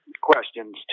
questions